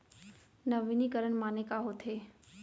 नवीनीकरण माने का होथे?